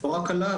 לא רק עליו,